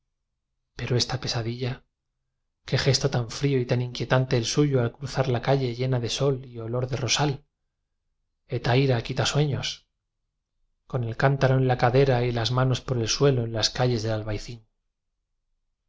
pero esta pesadilla qué gesto tan frío y tan inquietante el suyo al cru zar la calle llena de sol y o lo r de rosal h etaira quita sueños con el cántaro en la cadera y las manos por el suelo en las ca lles del albayzín